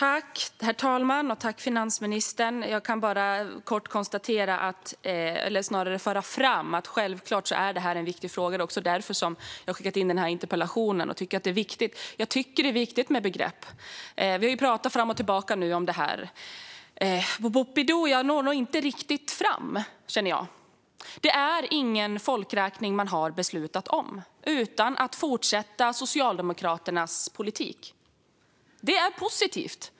Herr talman och finansministern! Jag kan bara kort föra fram att detta självklart är en viktig fråga. Det var därför jag ställde interpellationen. Jag tycker att det är viktigt med begrepp. Vi har pratat fram och tillbaka om detta nu, men jag känner att jag inte riktigt når fram. Det är ingen folkräkning man har beslutat om, utan man fortsätter med Socialdemokraternas politik. Det är positivt.